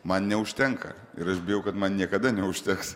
man neužtenka ir aš bijau kad man niekada neužteks